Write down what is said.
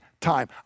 time